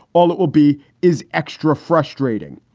all it will be is extra frustrating.